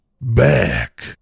Back